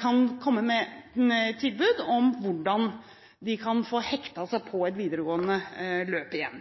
kan komme med tilbud om hvordan de kan få hektet seg på et videregående løp igjen.